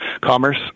commerce